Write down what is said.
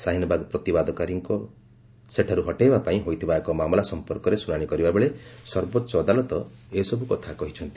ସାହିନବାଗ ପ୍ରତିବାଦକାରୀଙ୍କୁ ସେଠାରୁ ହଟାଇବା ପାଇଁ ହୋଇଥିବା ଏକ ମାମଲା ସମ୍ପର୍କରେ ଶୁଣାଣି କରିବା ବେଳେ ସର୍ବୋଚ୍ଚ ଅଦାଲତ ଏସବୁ କଥା କହିଛନ୍ତି